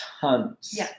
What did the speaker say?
tons